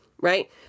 Right